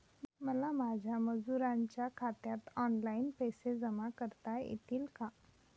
मला माझ्या मजुरांच्या खात्यात ऑनलाइन पैसे जमा करता येतील का?